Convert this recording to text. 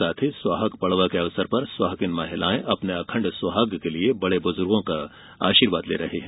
साथ ही सुहाग पड़वा के अवसर पर सुहागिन अपने अखंड सुहाग के लिये बड़े बुजुर्गो का आशीर्वाद ले रही है